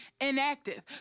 inactive